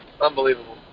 Unbelievable